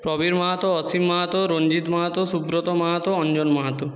Prabir Mahato Asim Mahato Ranjit Mahato Subrata Mahato Anjan Mahato